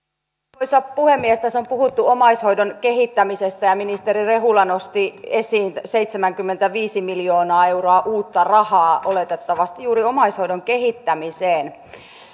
arvoisa puhemies tässä on puhuttu omaishoidon kehittämisestä ja ja ministeri rehula nosti esiin seitsemänkymmentäviisi miljoonaa euroa uutta rahaa oletettavasti juuri omaishoidon kehittämiseen